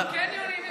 הקניונים,